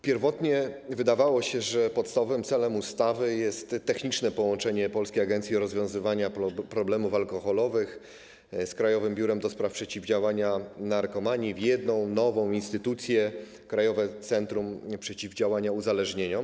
Pierwotnie wydawało się, że podstawowym celem ustawy jest techniczne połączenie Polskiej Agencji Rozwiązywania Problemów Alkoholowych z Krajowym Biurem do Spraw Przeciwdziałania Narkomanii i utworzenia jednej, nowej instytucji: Krajowego Centrum Przeciwdziałania Uzależnieniom.